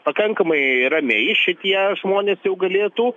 pakankamai ramiai šitie žmonės jau galėtų